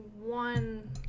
one